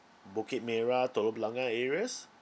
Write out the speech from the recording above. bukit merah telok blangah areas